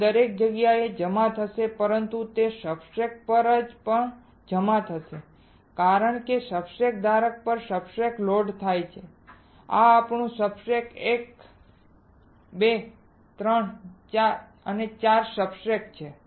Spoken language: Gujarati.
તે દરેક જગ્યાએ જમા થશે પરંતુ તે સબસ્ટ્રેટ પર પણ જમા થશે કારણ કે સબસ્ટ્રેટ ધારક પર સબસ્ટ્રેટ લોડ થાય છે આ આપણું સબસ્ટ્રેટ એક 2 3 4 4 સબસ્ટ્રેટ્સ છે